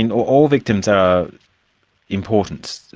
you know all victims are important,